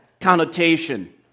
connotation